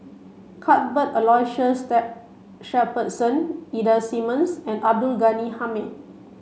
Cuthbert Aloysius Shepherdson Ida Simmons and Abdul Ghani Hamid